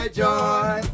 joy